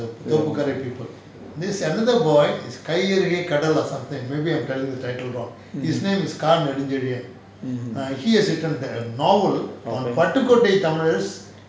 mmhmm mmhmm okay